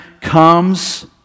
comes